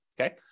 okay